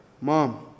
Mom